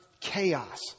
chaos